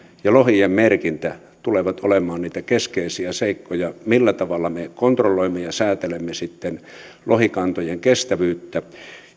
ja lohien merkintä tulevat olemaan niitä keskeisiä seikkoja millä tavalla me kontrolloimme ja säätelemme sitten lohikantojen kestävyyttä